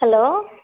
hello